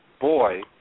boy